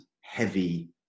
heavy